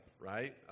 right